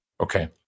Okay